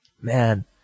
man